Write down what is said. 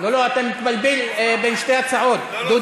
זה לא, לא, לא, אתה מתבלבל בין שתי הצעות, דודי.